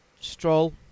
Stroll